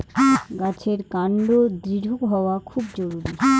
গাছের কান্ড দৃঢ় হওয়া খুব জরুরি